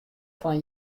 fan